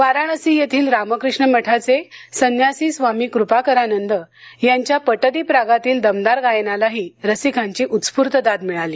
वाराणसी येथील रामक्रीष्ण मठाचे संन्यासी स्वामी क्रपाकरानंद यांच्या पटदीप रागातील दमदार गायनालाही रसिकांची उत्स्फूर्त दाद मिळाली